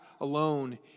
alone